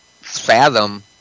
fathom